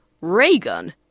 Raygun